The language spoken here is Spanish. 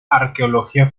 arqueología